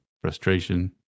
frustration